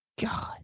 God